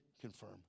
confirm